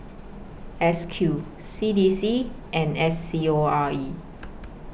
S Q C D C and S C O R E